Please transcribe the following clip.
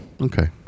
okay